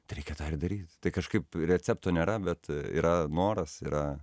tai reikia tą ir daryt tai kažkaip recepto nėra bet yra noras yra